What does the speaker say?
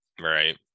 Right